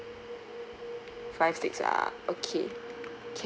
five sticks ah okay can